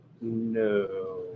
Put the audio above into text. No